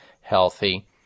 healthy